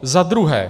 Za druhé.